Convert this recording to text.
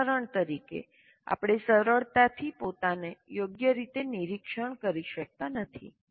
ઉદાહરણ તરીકે આપણે સરળતાથી પોતાને યોગ્ય રીતે નિરીક્ષણ કરી શકતા નથી